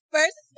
First